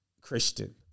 Christian